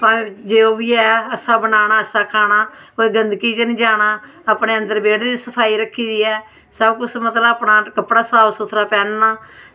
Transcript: जो बी ऐ अच्छा बनाना अच्छा खाना ओह् किचन जाना अपने अंदर जेह्ड़ी सफाई रक्खी दी ऐ सब कुछ अपना मतलब कपड़ा साफ सूथरा पैह्नना